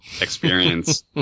experience